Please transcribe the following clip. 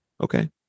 Okay